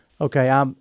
Okay